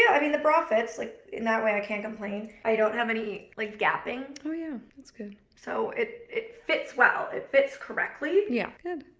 yeah i mean the bra fits, like in that way, i can't complain. i don't have any like gaping. oh yeah, that's good. so it it fits well, it fits correctly. yeah, good.